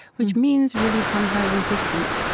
which means, really, somehow resistant,